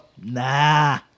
Nah